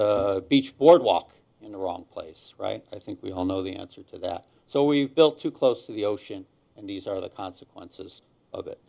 e beach boardwalk in the wrong place right i think we all know the answer to that so we built too close to the ocean and these are the consequences of it